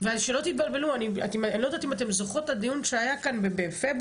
ושלא תתבלבלו אני לא יודעת אם אתם זוכרות את הדיון שהיה כאן בפברואר,